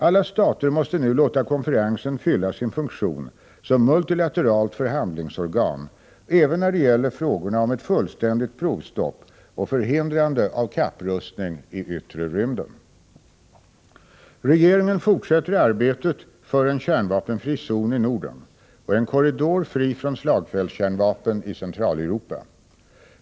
Alla stater måste nu låta konferensen fylla sin funktion som multilateralt förhandlingsorgan även när det gäller frågorna om ett fullständigt provstopp och ett förhindrande av Regeringen fortsätter arbetet för en kärnvapenfri zon i Norden och en korridor fri från slagfältskärnvapen i Centraleuropa.